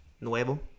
nuevo